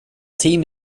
team